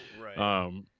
Right